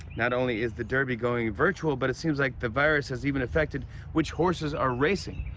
not only is the derby going virtual, but it seems like the virus has even affected which horses are racing.